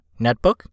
netbook